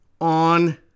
on